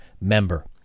member